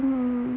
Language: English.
mmhmm